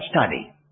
study